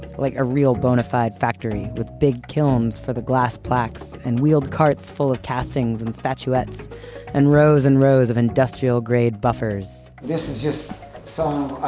like a real bonafide factory with big kilns for the glass plaques and wheeled carts full of castings and statuettes and rows and rows of industrial-grade buffers this is just some